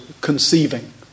conceiving